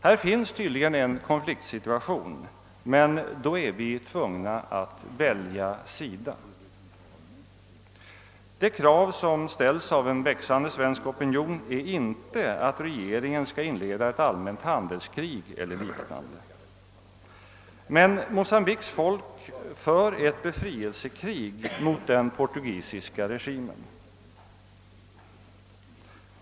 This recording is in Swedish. Här föreligger tydligen en konfliktsituation, och då är vi tvungna att välja sida. Det krav som ställs av en växande svensk opinion är inte att regeringen skall inleda ett allmänt handelskrig eller liknande. Men Mocambiques folk för ett befrielsekrig mot den portugisiska regimen.